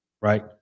right